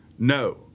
No